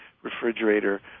refrigerator